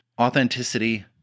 authenticity